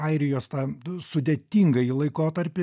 airijos tą sudėtingąjį laikotarpį